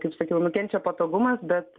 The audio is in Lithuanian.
kaip sakiau nukenčia patogumas bet